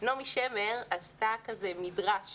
נעמי שמר עשתה מדרש